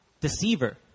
deceiver